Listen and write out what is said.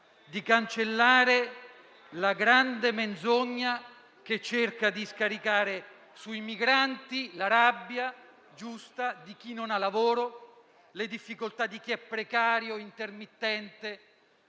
di cancellare la grande menzogna che cerca di scaricare sui migranti la rabbia giusta di chi non ha lavoro, le difficoltà di chi è precario, intermittente,